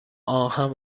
آهن